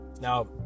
now